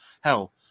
Hell